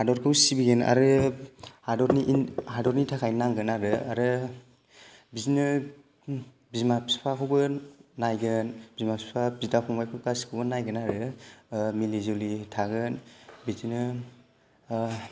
हादरखौ सिबिगोन आरो हादरनि थाखाय नांगोन आरो आरो बिदिनो बिमा बिफाखौबो नायगोन बिमा बिफा बिदा फंबाय गासिखौबो नायगोन आरो मिलि जुलि थागोन बिदिनो